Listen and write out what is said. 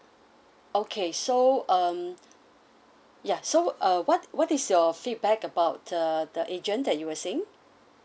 okay so um ya so uh what what is your feedback about the the agent that you were saying